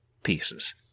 pieces